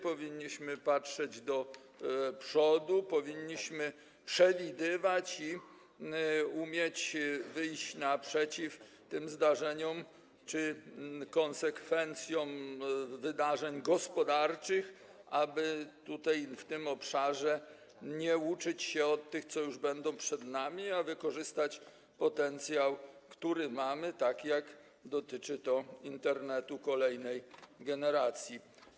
Powinniśmy patrzeć do przodu, powinniśmy przewidywać - i umieć wyjść im naprzeciw - te zdarzenia czy konsekwencje wydarzeń gospodarczych, aby w tym obszarze nie uczyć się od tych, co będą przed nami, a wykorzystać potencjał, który mamy, tak jak w przypadku Internetu kolejnej generacji.